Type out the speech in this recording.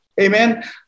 Amen